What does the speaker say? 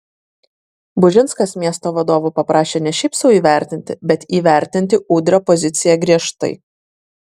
bužinskas miesto vadovų paprašė ne šiaip sau įvertinti bet įvertinti udrio poziciją griežtai